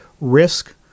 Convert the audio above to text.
risk